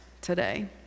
today